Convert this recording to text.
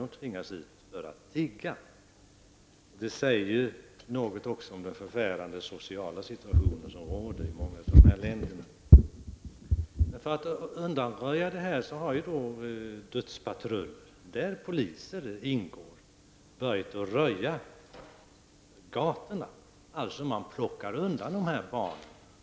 De tvingas ut för att tigga. Detta säger också något om den förfärande sociala situation som råder i många av dessa länder. För att undanröja dessa problem har dödspatruller, där poliser ingår, börjat rensa gatorna. Man för bort dessa barn.